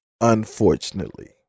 Unfortunately